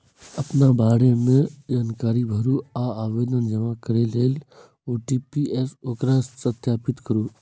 अपना बारे मे जानकारी भरू आ आवेदन जमा करै लेल ओ.टी.पी सं ओकरा सत्यापित करू